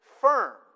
firm